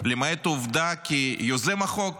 למעט העובדה שיוזם החוק